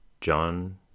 John